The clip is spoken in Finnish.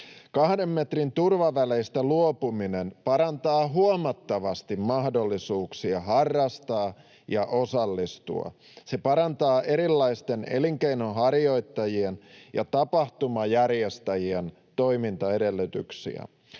metrin turvaväleistä luopuminen parantaa huomattavasti mahdollisuuksia harrastaa ja osallistua. Se parantaa erilaisten elinkeinonharjoittajien ja tapahtumanjärjestäjien toimintaedellytyksiä.